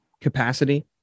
capacity